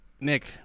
Nick